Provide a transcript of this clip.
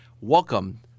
Welcome